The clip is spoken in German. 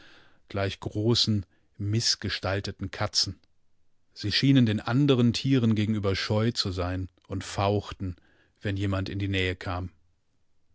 gleich großen mißgestalteten katzen sie schienen den anderen tieren gegenüber scheu zu sein und fauchten wenn jemand in ihre nähe kam